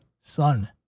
son